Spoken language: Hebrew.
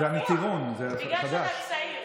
זה הכיוון, זה החדש.